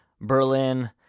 Berlin